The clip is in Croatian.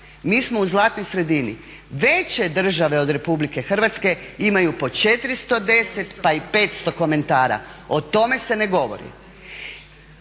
mi smo u zlatnoj sredini. Veće države od RH imaju po 410 pa i 500 komentara o tome se ne govori.